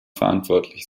verantwortlich